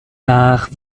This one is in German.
nach